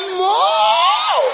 more